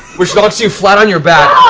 which knocks you flat on your back.